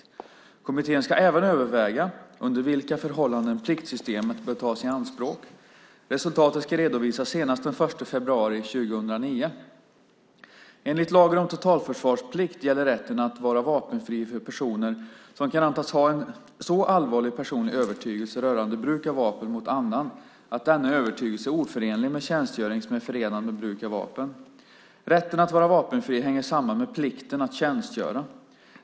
Kommittén ska även överväga under vilka förhållanden pliktsystemet bör tas i anspråk. Resultatet ska redovisas senast den 1 februari 2009. Enligt lagen om totalförsvarsplikt gäller rätten att vara vapenfri för personer som kan antas ha en så allvarlig personlig övertygelse rörande bruk av vapen mot annan att denna övertygelse är oförenlig med tjänstgöring som är förenad med bruk av vapen. Rätten att vara vapenfri hänger samman med plikten att tjänstgöra.